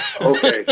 okay